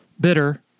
bitter